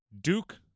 Duke